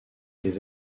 des